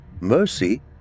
Mercy